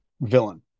villain